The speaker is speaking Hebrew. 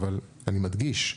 אבל אני מדגיש: